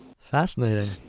fascinating